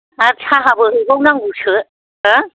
आरो साहाबो हैबावनांगौसो हो